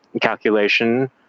calculation